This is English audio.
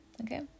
okay